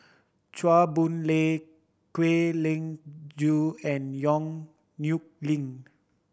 Chua Boon Lay Kwek Leng Joo and Yong Nyuk Lin